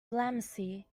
blasphemy